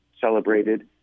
celebrated